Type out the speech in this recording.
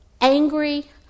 angry